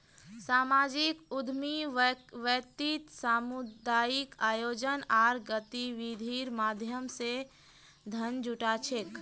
सामाजिक उद्यमी व्यक्ति सामुदायिक आयोजना आर गतिविधिर माध्यम स धन जुटा छेक